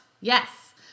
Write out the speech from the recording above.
Yes